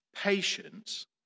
patience